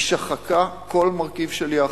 היא שחקה כל מרכיב של יחד,